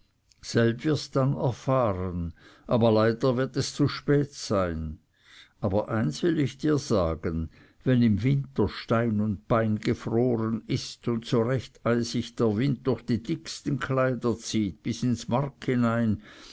dann erfahren aber leider wird es zu spät sein aber eins will dir sagen wenn im winter stein und bein gefroren ist und so recht eisig der wind durch die dicksten kleider zieht bis ins mark hinein